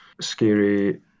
scary